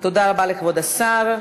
תודה רבה לכבוד השר.